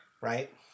Right